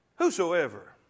whosoever